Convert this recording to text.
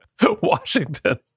Washington